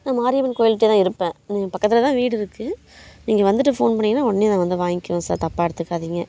நான் மாரியம்மன் கோயில்டேதான் இருப்பேன் இங்கே பக்கத்தில்தான் வீடு இருக்குது நீங்கள் வந்துட்டு ஃபோன் பண்ணிங்கனால் உடனே நான் வந்து வாங்கிக்கிவேன் சார் தப்பாக எடுத்துக்காதீங்க